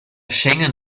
schengen